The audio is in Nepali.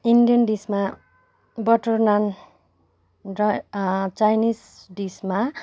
इन्डियन डिसमा बटर नान र चाइनिज डिसमा